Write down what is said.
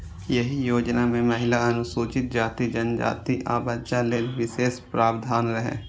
एहि योजना मे महिला, अनुसूचित जाति, जनजाति, आ बच्चा लेल विशेष प्रावधान रहै